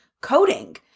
coding